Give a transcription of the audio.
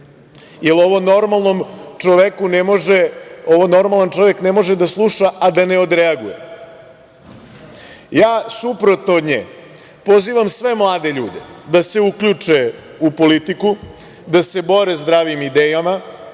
Ovo normalan čovek ne može da sluša a da ne odreaguje. Ja suprotno od nje pozivam sve mlade ljude da se uključe u politiku, da se bore zdravim idejama,